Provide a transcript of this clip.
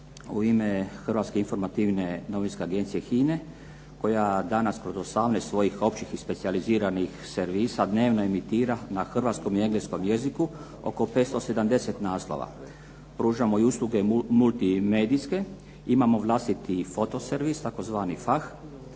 U ime Hrvatske informativne novinske agencije, HINE, koja danas kroz 18 svojih općih i specijaliziranih servisa dnevno emitira na hrvatskom i engleskom jeziku oko 570 naslova. Pružamo i usluge multimedijske, imamo vlastiti foto servis tzv. FAH,